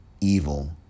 evil